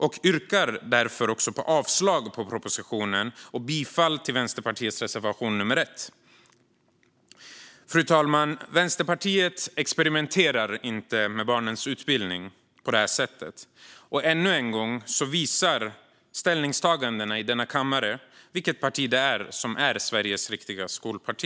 Jag yrkar därför avslag på propositionen och bifall till Vänsterpartiets reservation nummer 1. Fru talman! Vänsterpartiet experimenterar inte med barnens utbildning på det här sättet. Ännu en gång visar ställningstagandena i denna kammare vilket parti det är som är Sveriges riktiga skolparti.